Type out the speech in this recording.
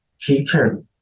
teacher